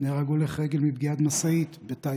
נהרג הולך רגל מפגיעת משאית בטייבה.